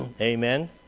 Amen